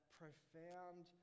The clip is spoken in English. profound